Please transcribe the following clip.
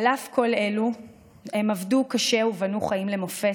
על אף כל אלה הם עבדו קשה ובנו חיים למופת,